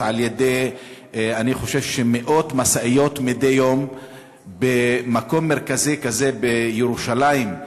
על-ידי מאות משאיות מדי יום במקום מרכזי כזה בירושלים,